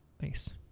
nice